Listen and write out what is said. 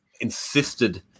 insisted